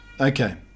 okay